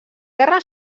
guerra